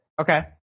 Okay